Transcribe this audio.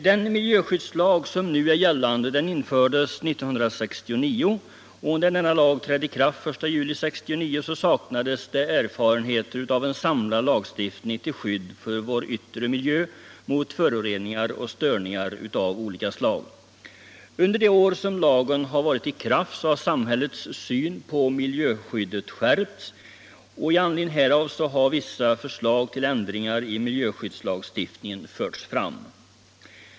Den miljöskyddslag som nu gäller infördes 1969. När denna lag trädde i kraft den 1 juli 1969 saknades det erfarenheter av en samlad lagstiftning till skydd för vår yttre miljö mot föroreningar och störningar av olika slag. Under de år lagen varit i kraft har samhällets syn på miljöskyddet skärpts. I anledning härav har vissa förslag till ändringar i miljöskyddslagstiftningen förts fram.